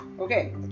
Okay